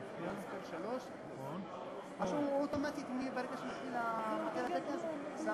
וזה מבטא בעיני באופן העמוק ביותר את השותפות בין צרפת וישראל.